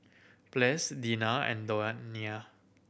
Ples Deena and Donia